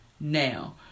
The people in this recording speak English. Now